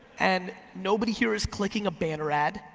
and nobody here is clicking a banner ad,